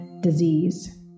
disease